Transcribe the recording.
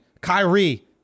Kyrie